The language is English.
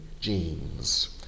genes